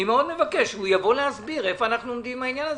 אני מבקש מאוד שהוא יבוא להסביר איפה אנחנו עומדים עם העניין הזה,